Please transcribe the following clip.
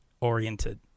oriented